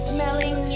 Smelling